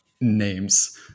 names